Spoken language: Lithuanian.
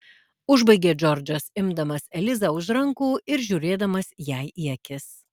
užbaigė džordžas imdamas elizą už rankų ir žiūrėdamas jai į akis